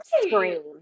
scream